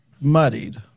muddied